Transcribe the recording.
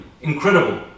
incredible